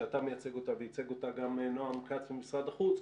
שאתה מייצג אותה וייצג אותה גם נעם כץ ממשרד החוץ,